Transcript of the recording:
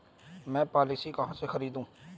मैं पॉलिसी कहाँ से खरीदूं?